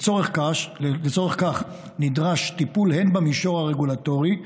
לצורך כך נדרש טיפול הן במישור הרגולטורי,